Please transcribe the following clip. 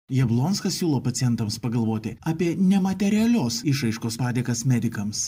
jablonskas siūlo pacientams pagalvoti apie nematerialios išraiškos padėkas medikams